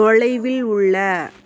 தொலைவில் உள்ள